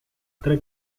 tre